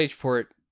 port